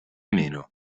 meno